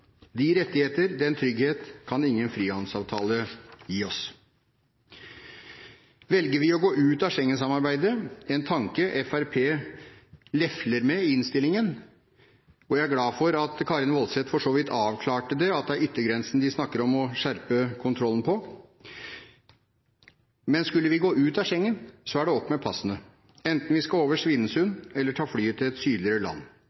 De rettigheter og den trygghet kan ingen frihandelsavtale gi oss. Velger vi å gå ut av Schengen-samarbeidet, en tanke Fremskrittspartiet lefler med i innstillingen – og jeg er glad for at Karin S. Woldseth for så vidt avklarte at det er yttergrensene de snakker om å skjerpe kontrollen med – er det opp med passene, enten vi skal over Svinesund eller ta flyet til et sydligere land.